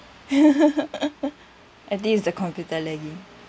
I think it's the computer lagging